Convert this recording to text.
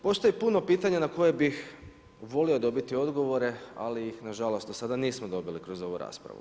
Postoje puno pitanja na koje bih volio dobiti odgovore, ali ih nažalost nismo dobili kroz ovu raspravu.